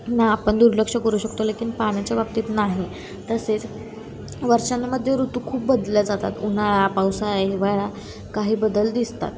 ना आपण दुर्लक्ष करू शकतो लेकिन पाण्याच्या बाबतीत नाही तसेच वर्षांमध्ये ऋतू खूप बदलले जातात उन्हाळा पावसाळ्या हिवाळा काही बदल दिसतात